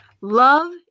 Love